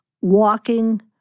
walking